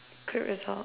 good result